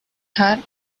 her